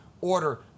order